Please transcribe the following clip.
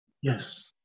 Yes